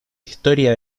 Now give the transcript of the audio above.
historia